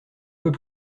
peux